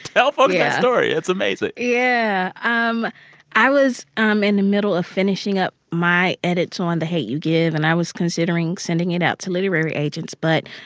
but yeah story. it's amazing yeah. um i was um in the middle of finishing up my edits on the hate u give, and i was considering sending it out to literary agents. but,